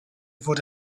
fod